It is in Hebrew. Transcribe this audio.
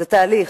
זה תהליך.